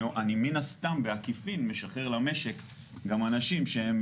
אני מן הסתם בעקיפין משחרר למשק גם אנשים שהם